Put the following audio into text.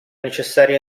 necessario